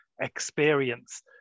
experience